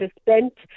spent